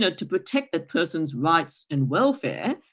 ah to protect that person's rights and welfare,